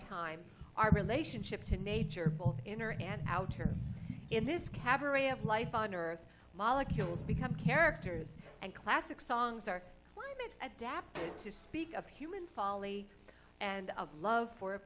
time our relationship to nature inner and outer in this cabaret of life on earth molecules become characters and classic songs are adapted to speak of human folly and love for a